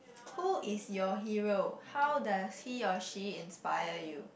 who is your hero how does he or she inspire you